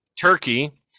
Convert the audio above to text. turkey